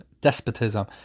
despotism